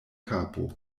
kapo